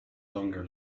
longer